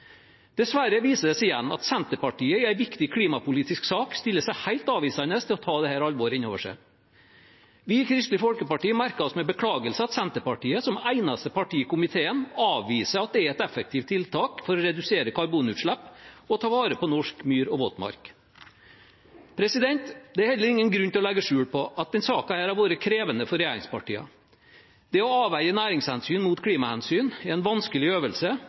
Dessverre viser det seg igjen at Senterpartiet i en viktig klimapolitisk sak stiller seg helt avvisende til å ta dette alvoret inn over seg. Vi i Kristelig Folkeparti merker oss med beklagelse at Senterpartiet som eneste parti i komiteen avviser at det er et effektivt tiltak for å redusere karbonutslipp å ta vare på norsk myr og våtmark. Det er heller ingen grunn til å legge skjul på at denne saken har vært krevende for regjeringspartiene. Det å avveie næringshensyn mot klimahensyn er en vanskelig øvelse